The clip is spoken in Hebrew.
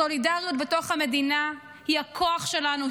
הסולידריות בתוך המדינה היא הכוח שלנו,